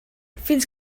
fins